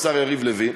השר יריב לוין?